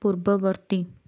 ପୂର୍ବବର୍ତ୍ତୀ